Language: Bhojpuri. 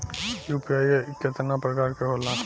यू.पी.आई केतना प्रकार के होला?